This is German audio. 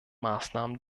maßnahmen